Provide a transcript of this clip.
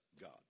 God